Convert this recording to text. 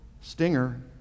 Stinger